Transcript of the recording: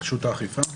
נמצאים